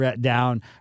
down